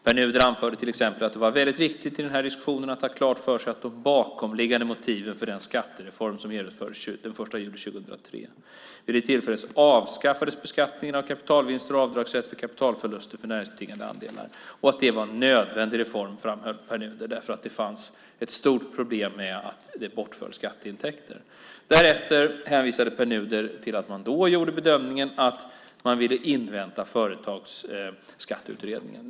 Pär Nuder anförde till exempel att det i den här diskussionen var väldigt viktigt att ha klart för sig de bakomliggande motiven för den skattereform som genomfördes den 1 juli 2003. Vid det tillfället avskaffades beskattningen av kapitalvinster och avdragsrätt för kapitalförluster på näringsbetingade andelar. Det var en nödvändig reform, framhöll Pär Nuder, därför att det fanns ett stort problem med att det bortföll skatteintäkter. Därefter hänvisade Pär Nuder till att man då gjorde bedömningen att man ville invänta Företagsskatteutredningen.